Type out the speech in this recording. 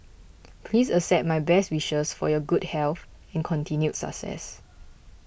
please accept my best wishes for your good health and continued success